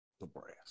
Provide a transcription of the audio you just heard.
Nebraska